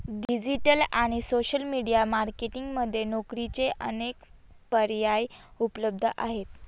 digital आणि social media marketing मध्ये नोकरीचे अनेक पर्याय उपलब्ध आहेत